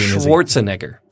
Schwarzenegger